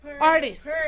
Artists